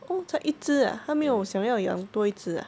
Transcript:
oh 才一只 ah 他没有像要养多一只 ah